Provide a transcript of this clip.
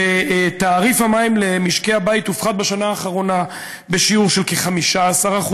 ותעריף המים למשקי הבית הופחת בשנה האחרונה בשיעור של כ-15%,